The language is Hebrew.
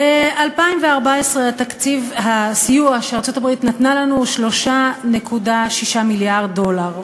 ב-2014 הסיוע שארצות-הברית נתנה לנו הוא של 3.6 מיליארד דולר,